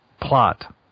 plot